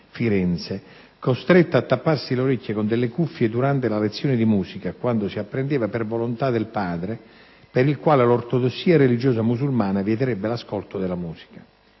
Firenze, costretta a tapparsi le orecchie con delle cuffie durante la lezione di musica, a quanto si apprendeva, per volontà del padre, per il quale l'ortodossia religiosa musulmana vieterebbe l'ascolto della musica.